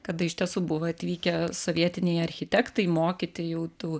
kada iš tiesų buvo atvykę sovietiniai architektai mokyti jau tų